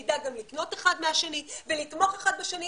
שנדע גם לקנות אחד מהשני ולתמוך אחד בשני.